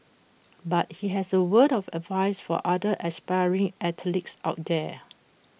but he has A word of advice for other aspiring athletes out there